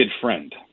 friend